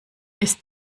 ist